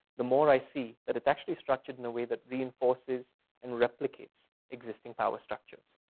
the more i see that it's actually structured and way that reinforces and replicates existing power structures.